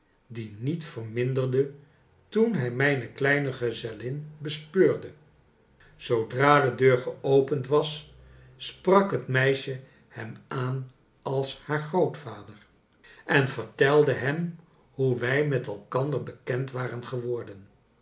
die niet verminderde toen hij mijne kleine gezellin bespeurde zoodra de deur geopend was sprak het meisje hem aan als haar grootvader en vertelde hem hoe wij met elkander bekend waren geworden